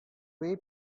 way